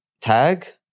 tag